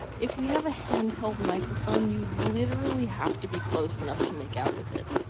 if you have a handheld microphone, you literally have to be close enough to make out with it.